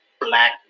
black